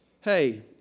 Hey